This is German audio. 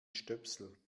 stöpsel